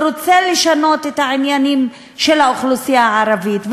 ורוצה לשנות את העניינים של האוכלוסייה הערבית,